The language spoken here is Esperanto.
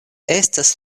estas